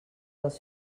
dels